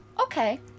Okay